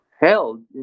held